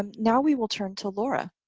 um now we will turn to laura!